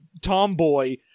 tomboy